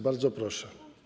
Bardzo proszę.